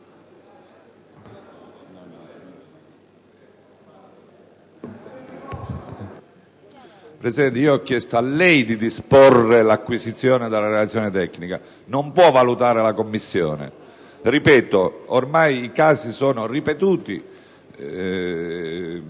Presidente, io ho chiesto a lei di disporre l'acquisizione della relazione tecnica: non può essere la Commissione a valutare. Ormai sono ripetuti